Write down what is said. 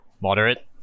moderate